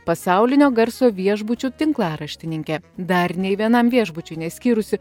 pasaulinio garso viešbučių tinklaraštininkė dar nei vienam viešbučiui neskyrusi